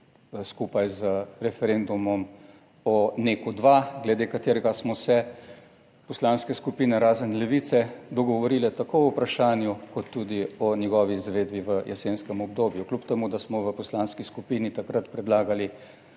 skupaj z referendumom o NEK-2, glede katerega smo se poslanske skupine, razen Levice, dogovorile tako o vprašanju, kot tudi o njegovi izvedbi v jesenskem obdobju. Kljub temu, da smo v poslanski skupini takrat predlagali,